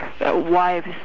wives